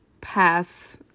pass